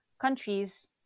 countries